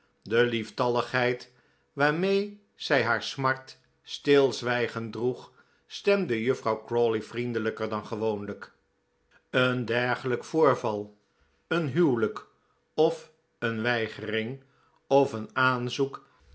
de lieftalligheid waarmee zij haar smart stilzwijgend droeg stemden juffrouw crawley vriendelijker dan gewoonlijk een dergelijk voorval een huwelijk of een weigering of een aanzoek